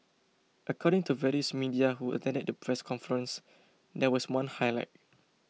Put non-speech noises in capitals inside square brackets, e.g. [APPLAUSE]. according to various media who [UNINTELLIGIBLE] press conference there was one highlight